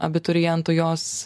abiturientų jos